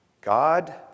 God